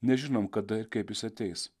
nežinom kada ir kaip jis ateis